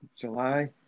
July